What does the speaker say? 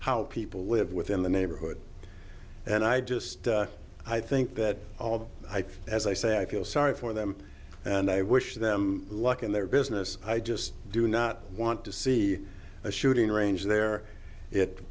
how people live within the neighborhood and i just i think that although i think as i say i feel sorry for them and i wish them luck in their business i just do not want to see a shooting range there it